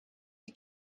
die